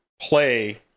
play